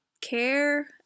care